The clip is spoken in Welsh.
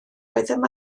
oeddem